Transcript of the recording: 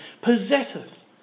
possesseth